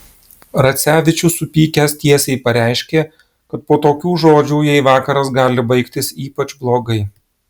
racevičius supykęs tiesiai pareiškė kad po tokių žodžių jai vakaras gali baigtis ypač blogai